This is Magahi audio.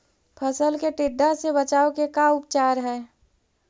फ़सल के टिड्डा से बचाव के का उपचार है?